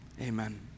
amen